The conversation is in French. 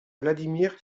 vladimir